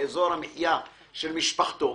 באזור המחיה של משפחתו,